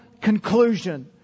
conclusion